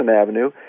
Avenue